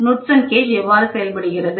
Knudsen gauge எவ்வாறு செயல்படுகிறது